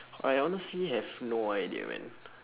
I honestly have no idea man